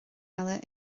eile